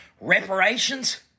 reparations